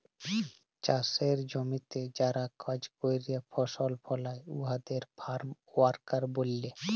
চাষের জমিতে যারা কাজ ক্যরে ফসল ফলায় উয়াদের ফার্ম ওয়ার্কার ব্যলে